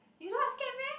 you don't scared meh